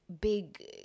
big